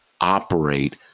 operate